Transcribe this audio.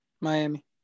Miami